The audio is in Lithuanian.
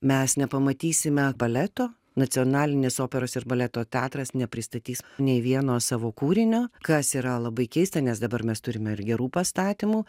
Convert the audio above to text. mes nepamatysime baleto nacionalinis operos ir baleto teatras nepristatys nei vieno savo kūrinio kas yra labai keista nes dabar mes turime ir gerų pastatymų